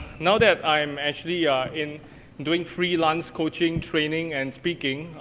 now that i'm actually in doing freelance coaching, training, and speaking,